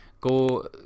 Go